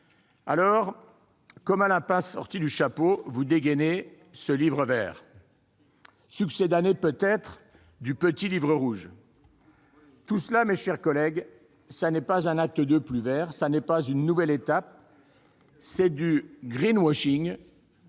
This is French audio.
Alors, comme on sort un lapin du chapeau, vous dégainez ce livre vert, succédané peut-être du petit Livre rouge. Tout cela, mes chers collègues, ce n'est pas un acte II plus vert, une nouvelle étape, c'est du. Quant